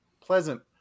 pleasant